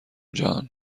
جان